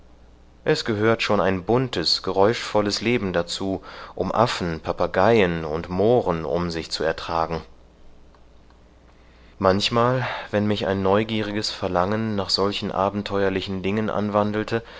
es gehört schon ein buntes geräuschvolles leben dazu um affen papageien und mohren um sich zu ertragen manchmal wenn mich ein neugieriges verlangen nach solchen abenteuerlichen dingen anwandelte